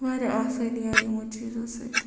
واریاہ آسٲنی گٔے یِمو چیٖزو سۭتۍ